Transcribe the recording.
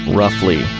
roughly